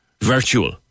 virtual